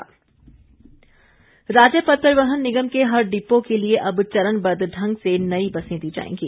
गोविंद राज्य पथ परिवहन निगम के हर डिपो के लिए अब चरणबद्व ढंग से नई बसें दी जाएंगी